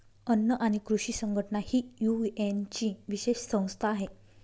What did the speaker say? अन्न आणि कृषी संघटना ही युएनची विशेष संस्था आहे